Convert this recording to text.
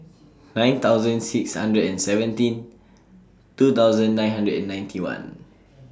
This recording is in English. nine thousand six hundred and seventeen two thousand nine hundred and ninety one